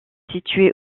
situé